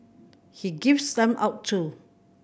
he gives them out too